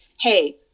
hey